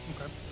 Okay